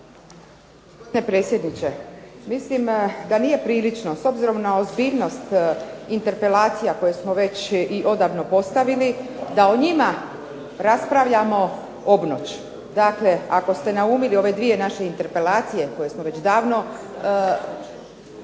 Hvala predsjediče. Mislim da nije prilično s obzirnost interpelacija koje smo već i odavno postavili da o njima raspravljamo obnoć. Dakle, ako ste naumili ove naše dvije interpelacije koje smo veća davno